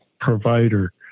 provider